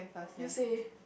you say